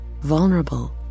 vulnerable